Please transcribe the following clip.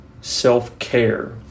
self-care